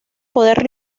poder